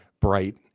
bright